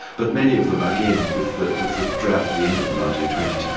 but many of them, again, with the with the drought at the end of the nineteen twenty s,